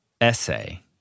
essay